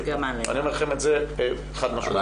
אני אומר לכם את זה באופן חד-משמעי.